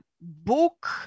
book